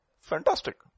fantastic